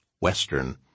Western